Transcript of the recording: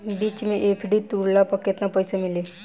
बीच मे एफ.डी तुड़ला पर केतना पईसा मिली?